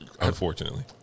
unfortunately